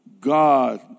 God